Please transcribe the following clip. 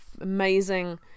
amazing